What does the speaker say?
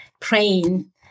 praying